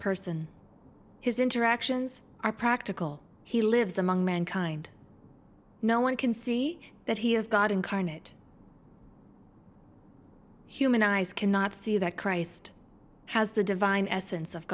person his interactions are practical he lives among mankind no one can see that he is god incarnate human eyes cannot see that christ has the divine essence of